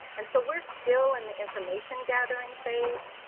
and so we're still in the information gathering phase.